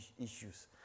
issues